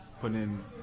putting